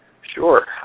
Sure